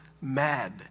mad